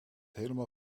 helemaal